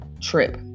trip